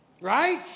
right